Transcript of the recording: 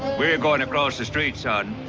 we're going across the street, son.